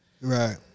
right